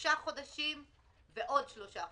בשלושה חודשים ועוד שלושה חודשים.